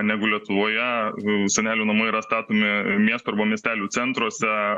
negu lietuvoje senelių namų yra statomi miestų arba miestelių centruose